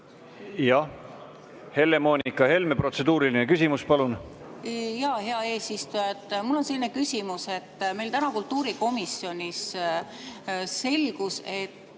... Helle-Moonika Helme, protseduuriline küsimus, palun! Hea eesistuja! Mul on selline küsimus. Meil täna kultuurikomisjonis selgus, et